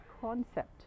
concept